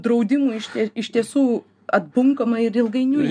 draudimų iš ir iš tiesų atbunkama ir ilgainiui